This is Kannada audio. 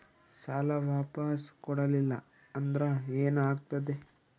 ಸಾಲ ವಾಪಸ್ ಕೊಡಲಿಲ್ಲ ಅಂದ್ರ ಏನ ಆಗ್ತದೆ?